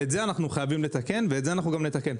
את זה אנחנו חייבים לתקן, ואת זה אנחנו גם נתקן.